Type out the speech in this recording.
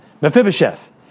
Mephibosheth